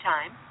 Time